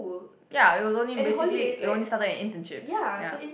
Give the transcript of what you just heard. ya it was only basically it only started in internships ya